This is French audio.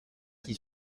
qui